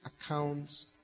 accounts